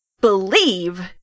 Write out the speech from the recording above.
believe